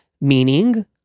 meaning